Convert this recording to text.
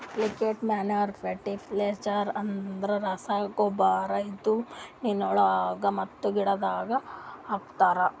liquid manure fertiliser ಅಂದುರ್ ರಸಗೊಬ್ಬರ ಇದು ಮಣ್ಣಿನೊಳಗ ಮತ್ತ ಗಿಡದಾಗ್ ಹಾಕ್ತರ್